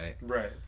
right